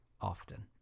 often